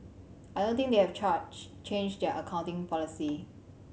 I don't think they have charge changed their accounting policy